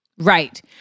Right